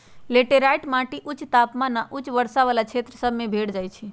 laterite माटि उच्च तापमान आऽ उच्च वर्षा वला क्षेत्र सभ में भेंट जाइ छै